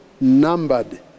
numbered